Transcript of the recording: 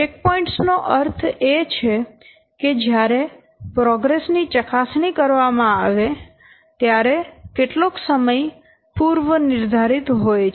checkpoints નો અર્થ એ છે કે જ્યારે પ્રોગ્રેસ ની ચકાસણી કરવામાં આવે ત્યારે કેટલોક સમય પૂર્વનિર્ધારિત હોય છે